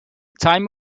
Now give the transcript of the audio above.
time